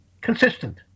Consistent